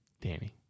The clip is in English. Danny